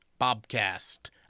Bobcast